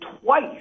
twice